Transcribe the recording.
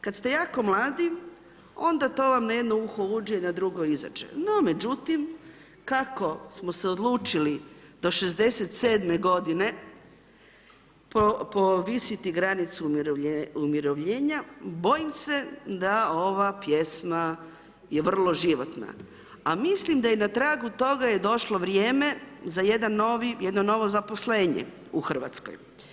Kad ste jako mladi onda to vam na jedno uho uđe na drugo izađe, no međutim, kako smo se odlučili do 67 godine povisiti granicu umirovljenja, bojim se da ova pjesma je vrlo životna, a mislim da je na tragu toga je došlo vrijeme za jedno novo zaposlenje u Hrvatskoj.